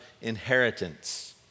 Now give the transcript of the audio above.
inheritance